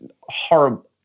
horrible